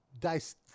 dice